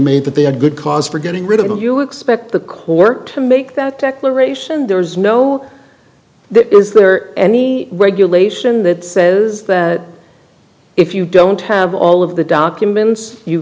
made that they had good cause for getting rid of the you expect the court to make that declaration there is no that is there any regulation that says that if you don't have all of the documents you